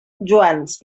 joans